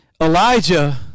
Elijah